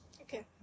okay